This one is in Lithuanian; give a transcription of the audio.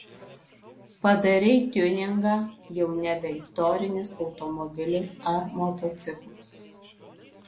padarei tiuningą jau nebe istorinis automobilis ar motociklas